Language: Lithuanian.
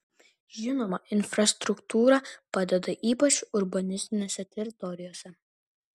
žinoma infrastruktūra padeda ypač urbanistinėse teritorijose